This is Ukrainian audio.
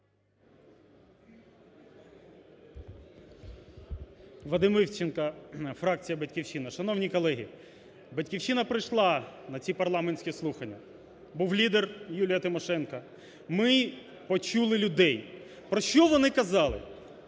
Вадим Івченко, фракція "Батьківщина". Шановні колеги, "Батьківщина" прийшла на ці парламентські слухання, був лідер Юлія Тимошенко. Ми почули людей. Про що вони казали?